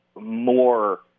more